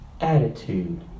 attitude